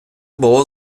було